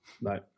No